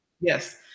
Yes